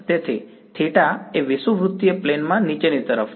તેથી θˆ એ વિષુવવૃત્તીય પ્લેન માં નીચેની તરફ છે